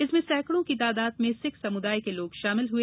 इसमें सैकड़ों की तादाद में सिख समुदाय के लोग शामिल हुए